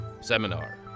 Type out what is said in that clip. Seminar